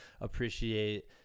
appreciate